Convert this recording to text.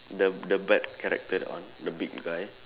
the the bad character that one the big guy